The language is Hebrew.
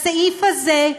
בסעיף הזה,